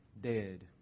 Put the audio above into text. dead